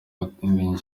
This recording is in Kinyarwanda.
bataramenya